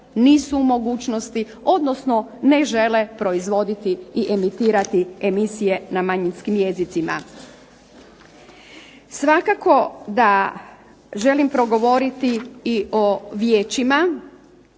nisu u mogućnosti odnosno ne žele proizvoditi i emitirati emisije na manjinskim jezicima. Svakako da želim progovoriti i o vijećima,